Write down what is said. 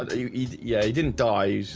ah you know yeah, he didn't die